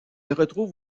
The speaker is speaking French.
retrouve